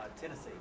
Tennessee